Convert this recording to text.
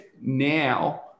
now